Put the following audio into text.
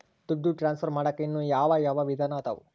ದುಡ್ಡು ಟ್ರಾನ್ಸ್ಫರ್ ಮಾಡಾಕ ಇನ್ನೂ ಯಾವ ಯಾವ ವಿಧಾನ ಅದವು?